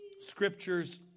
scriptures